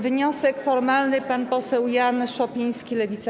Wniosek formalny - pan poseł Jan Szopiński, Lewica.